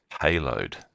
payload